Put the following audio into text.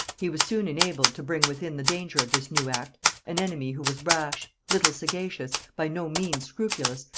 he was soon enabled to bring within the danger of this new act an enemy who was rash, little sagacious, by no means scrupulous,